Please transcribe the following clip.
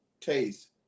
taste